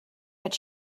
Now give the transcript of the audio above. but